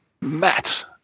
Matt